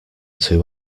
two